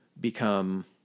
become